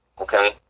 okay